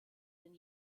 den